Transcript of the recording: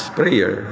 prayer